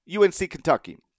UNC-Kentucky